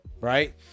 Right